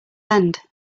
end